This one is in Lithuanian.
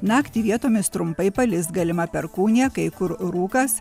naktį vietomis trumpai palis galima perkūnija kai kur rūkas